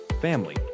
family